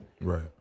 right